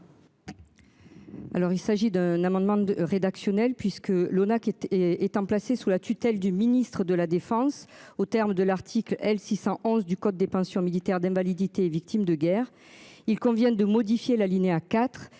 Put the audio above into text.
Alors il s'agit d'un amendement rédactionnel puisque l'ONAC qui était et étant placée sous la tutelle du ministre de la Défense au terme de l'article L 611 du code des pensions militaires d'invalidité et victimes de guerre. Il convient de modifier l'alinéa IV